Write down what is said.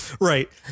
right